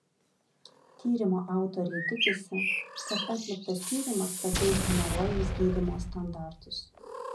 tyrimo autoriai tikisi kad atliktas tyrimas pakeis hemorojaus gydymo standartus